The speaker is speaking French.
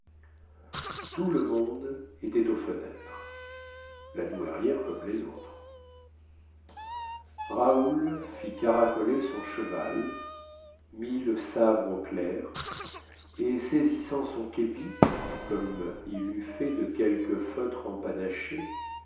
tout le monde était aux fenêtres la douairière comme les autres raoul fit caracoler son cheval mit le sabre au clair et saisissant son képi comme il eût fait de quelque feutre empanaché